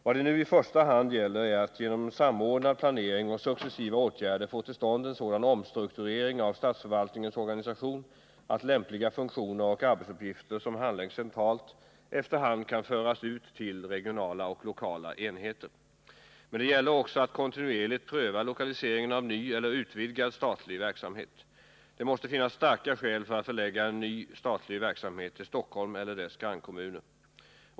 Vad det nu i första hand gäller är att genom en samordnad planering och successiva åtgärder få till stånd en sådan omstrukturering av statsförvaltningens organisation att lämpliga funktioner och arbetsuppgifter som handläggs centralt efter hand kan föras ut till regionala och lokala enheter. Men det gäller också att kontinuerligt pröva lokaliseringen av ny eller utvidgad statlig verksamhet. Det måste finnas starka skäl för att förlägga en ny statlig verksamhet till Stockholm eller dess grannkommuner.